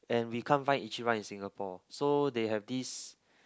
and we can't find Ichiran in Singapore so they have this